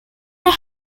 they